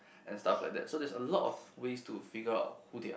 and stuff like that so there's a lot of ways to figure out who they are